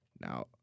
Now